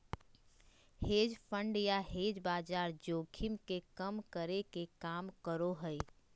hedge fund या hedge बाजार जोखिम के कम करे के काम करो हय